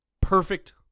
Perfect